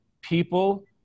People